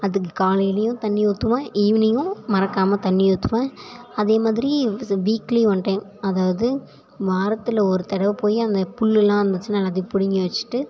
அதுக்கு காலையிலேயும் தண்ணி ஊற்றுவோம் ஈவினிங்கும் மறக்காமல் தண்ணி ஊற்றுவேன் அதே மாதிரி இது வீக்லி ஒன் டைம் அதாவது வாரத்தில் ஒரு தடவை போய் அந்த புல்லுலாம் இருந்துச்சுன்னா எல்லாத்தையும் பிடுங்கி வெச்சுட்டு